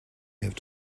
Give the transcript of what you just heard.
have